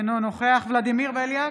אינו נוכח ולדימיר בליאק,